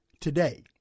today